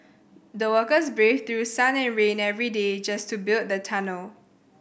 the workers braved through sun and rain every day just to build the tunnel